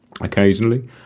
occasionally